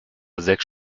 sechs